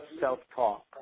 self-talk